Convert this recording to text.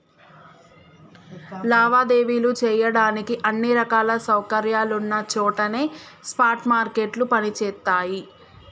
లావాదేవీలు చెయ్యడానికి అన్ని రకాల సౌకర్యాలున్న చోటనే స్పాట్ మార్కెట్లు పనిచేత్తయ్యి